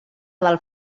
del